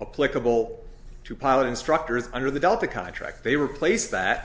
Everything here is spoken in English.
of political to pilot instructors under the delta contract they replaced that